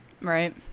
Right